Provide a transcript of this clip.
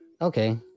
Okay